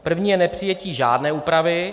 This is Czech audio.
První je nepřijetí žádné úpravy.